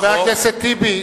חבר הכנסת טיבי,